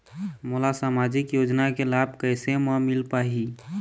मोला सामाजिक योजना के लाभ कैसे म मिल पाही?